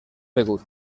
begut